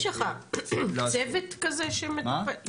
יש לך צוות שמטפל?